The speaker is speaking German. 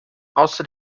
außer